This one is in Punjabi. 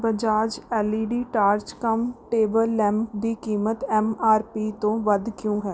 Bajaj L E D torch cum table lamp ਦੀ ਕੀਮਤ ਐਮ ਆਰ ਪੀ ਤੋਂ ਵੱਧ ਕਿਉਂ ਹੈ